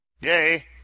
Yay